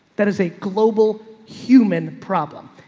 that is a global human problem.